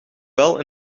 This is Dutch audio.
wel